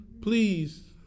Please